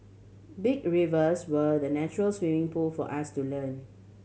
big rivers were the natural swimming pool for us to learn